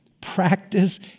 practice